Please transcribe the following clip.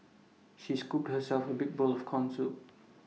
she scooped herself A big bowl of Corn Soup